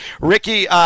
Ricky